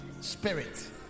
spirit